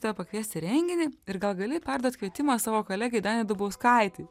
tave pakviest į renginį ir gal gali perduot kvietimą savo kolegei dainai dubauskaitei